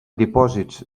dipòsits